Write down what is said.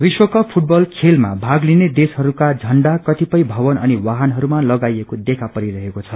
विश्वकप फूटबल खेलमा भाग लिने देशहरूका झण्डा कतिपय भवन अनि वाहनहरूमा लगाइएको देखा परिरहेको छ